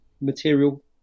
material